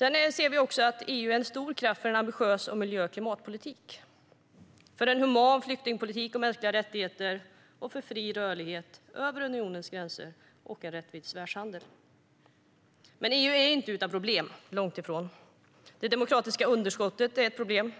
Vi ser också att EU är en stor kraft för en ambitiös miljö och klimatpolitik, för en human flyktingpolitik och mänskliga rättigheter och för fri rörlighet över unionens gränser och en rättvis världshandel. Men EU är inte utan problem - långt ifrån. Det demokratiska underskottet är ett problem.